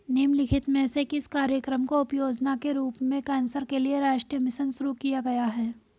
निम्नलिखित में से किस कार्यक्रम को उपयोजना के रूप में कैंसर के लिए राष्ट्रीय मिशन शुरू किया गया है?